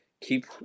keep